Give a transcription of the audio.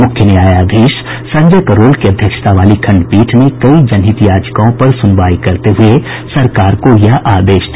मुख्य न्यायाधीश संजय करोल की अध्यक्षता वाली खंडपीठ ने कई जनहित याचिकाओं पर सुनवाई करते हुए सरकार को यह आदेश दिया